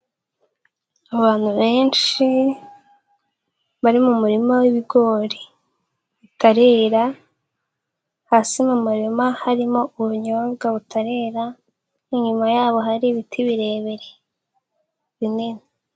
Abantu benshi bari mu murima w'ibigori bitarera, hasi mu murima harimo ubunyobwa butarera, inyuma yabo hari ibiti birebire binini.